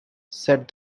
said